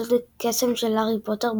סוד הקסם של הארי פוטר,